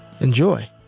Enjoy